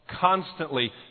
constantly